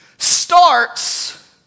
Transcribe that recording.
starts